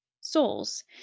Souls